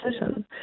decision